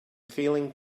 feeling